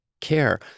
care